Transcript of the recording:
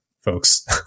folks